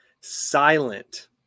silent